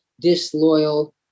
disloyal